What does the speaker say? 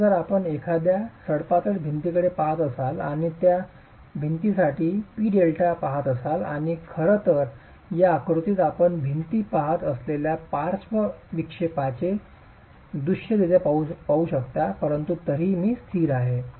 म्हणून जर आपण एखाद्या सडपातळ भिंतीकडे पहात असाल आणि त्या भिंतीसाठी पी डेल्टा पाहात असाल आणि खरं तर या आकृतीत आपण भिंत जात असलेल्या पार्श्व विक्षेपाचे दृश्यरित्या पाहू शकता परंतु तरीही ती स्थिर आहे